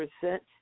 percent